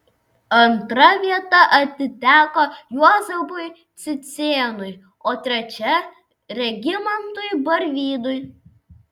antra vieta atiteko juozapui cicėnui o trečia regimantui barvydui